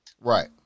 Right